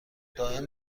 دائم